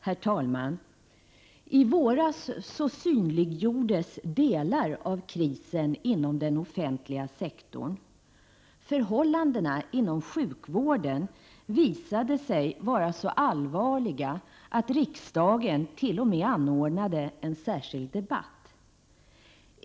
Herr talman! I våras synliggjordes delar av krisen inom den offentliga sektorn. Förhållandena inom sjukvården visades sig vara så allvarliga att riksdagen t.o.m. anordnade en särskild debatt.